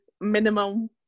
minimum